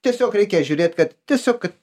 tiesiog reikia žiūrėt kad tiesiog kad